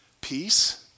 peace